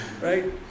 right